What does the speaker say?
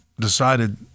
decided